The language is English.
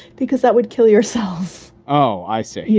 because that would kill yourself. oh, i see.